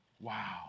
Wow